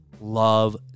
love